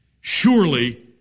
Surely